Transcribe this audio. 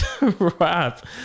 Rap